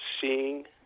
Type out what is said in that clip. seeing